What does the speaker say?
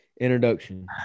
introduction